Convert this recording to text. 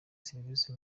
serivisi